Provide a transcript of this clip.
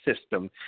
system